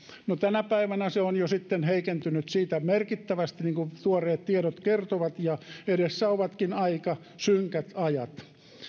no tänä päivänä se on jo sitten heikentynyt siitä merkittävästi niin kuin tuoreet tiedot kertovat ja edessä ovatkin aika synkät ajat